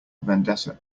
vendetta